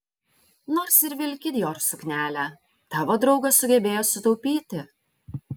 nors ir vilki dior suknelę tavo draugas sugebėjo sutaupyti